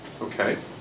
Okay